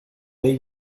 bay